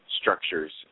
structures